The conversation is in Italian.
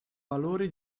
valore